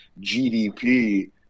GDP